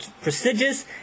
prestigious